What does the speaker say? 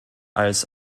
als